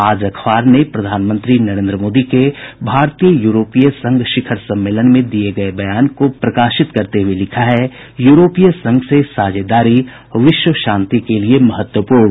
आज अखबार ने प्रधानमंत्री नरेन्द्र मोदी के भारत यूरोपीय संघ शिखर सम्मेलन में दिये गये बयान को प्रकाशित करते हुये लिखा है यूरोपीय संघ से साझेदारी विश्व शांति के लिए महत्वपूर्ण